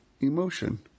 emotion